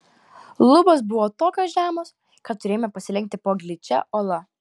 lubos buvo tokios žemos kad turėjome pasilenkti po gličia uola